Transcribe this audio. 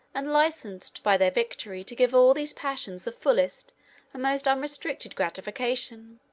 and licensed by their victory to give all these passions the fullest and most unrestricted gratification.